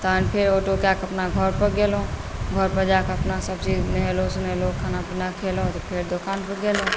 तहन फेर ऑटो कऽ कऽ अपना घरपर गेलहुँ घरपर जाकऽ अपना सबचीज नहेलहुँ सोनेलहुँ खाना पीना खेलहुँ फेर दोकानपर गेलहुँ